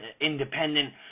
independent